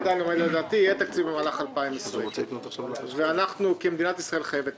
יהיה תקציב במהלך שנת 2020 כי מדינת ישראל חייבת תקציב.